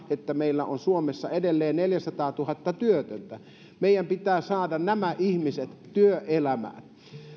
että meillä on suomessa edelleen neljäsataatuhatta työtöntä meidän pitää saada nämä ihmiset työelämään